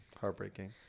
heartbreaking